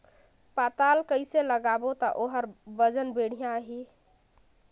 पातल कइसे लगाबो ता ओहार वजन बेडिया आही?